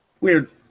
Weird